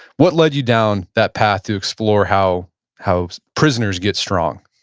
what led you down that path to explore how how prisoners get strong?